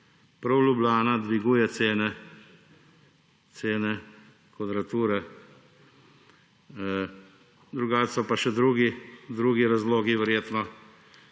prav Ljubljana dviguje cene kvadrature. Drugače so pa še drugi razlogi verjetno